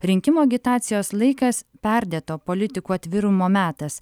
rinkimų agitacijos laikas perdėto politikų atvirumo metas